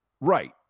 Right